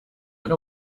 know